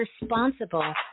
responsible